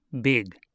big